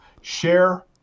Share